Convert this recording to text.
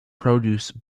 produce